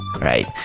right